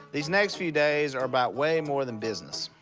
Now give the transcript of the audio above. these next few days are about way more than business.